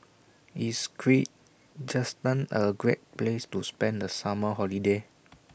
IS A Great Place to spend The Summer Holiday